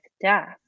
death